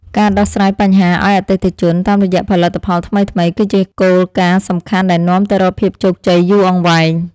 ការដោះស្រាយបញ្ហាឱ្យអតិថិជនតាមរយៈផលិតផលថ្មីៗ គឺជាគោលការណ៍សំខាន់ដែលនាំទៅរកភាពជោគជ័យយូរអង្វែង។